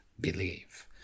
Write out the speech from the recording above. believe